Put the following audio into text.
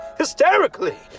hysterically